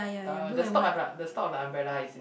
the the stalk the stalk of the umbrella is in